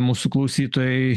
mūsų klausytojai